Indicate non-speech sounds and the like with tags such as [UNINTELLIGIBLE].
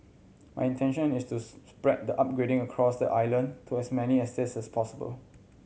an intention is to [UNINTELLIGIBLE] spread the upgrading across the island to as many estates as possible